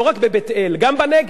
לא רק בבית-אל אלא גם בנגב.